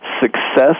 success